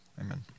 Amen